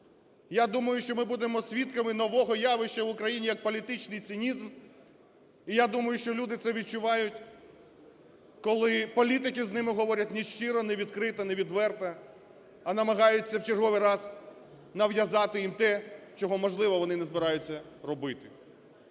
я думаю, що ми будемо свідкам нового явища в Україні, як "політичний цинізм". І я думаю, що люди це відчувають, коли політики з ними говорять нещиро, невідкрито, невідверто, а намагаються в черговий раз нав'язати їм те, чого можливо вони не збираються робити.